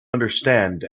understand